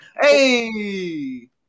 Hey